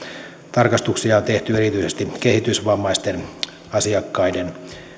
tarkastuksia on tehty erityisesti kehitysvammaisten asiakkaiden